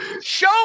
show